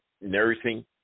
nursing